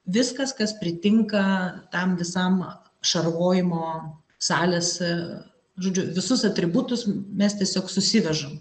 viskas kas pritinka tam visam šarvojimo salės žodžiu visus atributus mes tiesiog susivežam